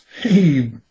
hey